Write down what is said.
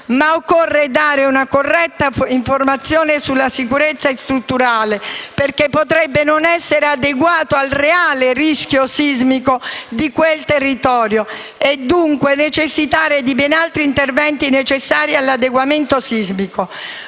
ma occorre dare una corretta informazione sulla sicurezza strutturale, perché potrebbe non essere adeguato al reale rischio sismico di quel territorio e dunque necessitare di ben altri interventi per l'adeguamento sismico.